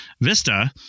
Vista